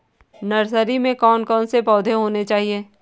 Nursery में कौन कौन से पौधे होने चाहिए?